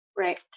Right